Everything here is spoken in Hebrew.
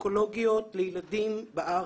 האונקולוגיות לילדים בארץ.